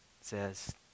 says